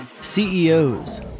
CEOs